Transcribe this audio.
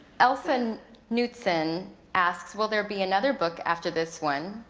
elsa and newtson asks, will there be another book after this one?